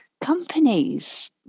companies